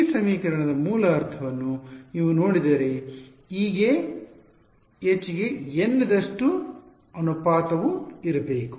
ಈ ಸಮೀಕರಣದ ಮೂಲ ಅರ್ಥವನ್ನು ನೀವು ನೋಡಿದರೆ E ಗೆ H ಗೆ η ದಷ್ಟು ಅನುಪಾತವು ಇರಬೇಕು